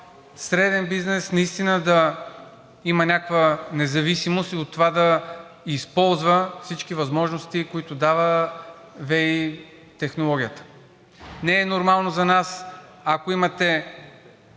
среден бизнес наистина да има някаква независимост и от това да използва всички възможности, които дава ВЕИ технологията. Не е нормално за нас, ако имате